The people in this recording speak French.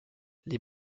les